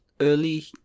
early